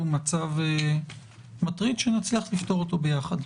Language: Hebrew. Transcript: הוא מצב מטריד שנצליח לפתור אותו ביחד.